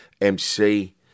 mc